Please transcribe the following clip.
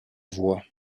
voie